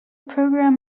program